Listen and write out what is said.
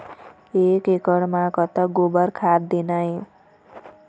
एक एकड़ म कतक गोबर खाद देना ये?